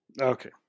Okay